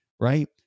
right